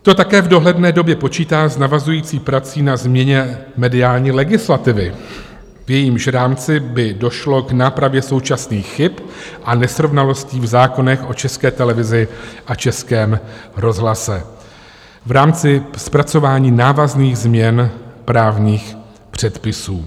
To také v dohledné době počítá s navazující praxí na změně mediální legislativy, v jejímž rámci by došlo k nápravě současných chyb a nesrovnalostí v zákonech o České televizi a Českém rozhlase v rámci zpracování návazných změn právních předpisů.